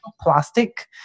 plastic